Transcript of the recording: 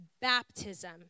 baptism